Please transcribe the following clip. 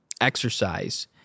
exercise